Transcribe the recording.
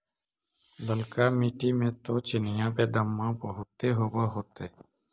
ललका मिट्टी मे तो चिनिआबेदमां बहुते होब होतय?